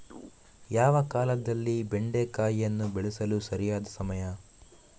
ಯಾವ ಕಾಲದಲ್ಲಿ ಬೆಂಡೆಕಾಯಿಯನ್ನು ಬೆಳೆಸಲು ಸರಿಯಾದ ಸಮಯ?